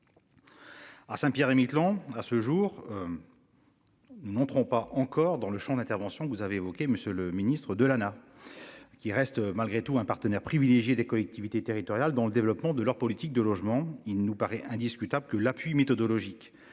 À Saint-Pierre-et-Miquelon et Miquelon à ce jour. Nous n'entrons pas encore dans le Champ d'intervention que vous avez évoqué, monsieur le Ministre de l'Lana. Qui reste malgré tout un partenaire privilégié des collectivités territoriales, dont le développement de leur politique de logement, il nous paraît indiscutable que l'appui méthodologique